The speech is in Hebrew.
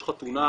יש חתונה,